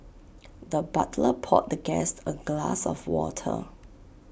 the butler poured the guest A glass of water